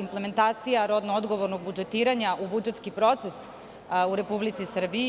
implementacija rodno odgovornog budžetiranja u budžetski proces u Republici Srbiji.